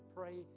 pray